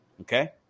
okay